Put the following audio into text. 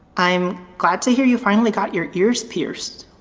i'm glad to hear you finally got your ears pierced!